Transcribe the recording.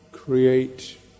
Create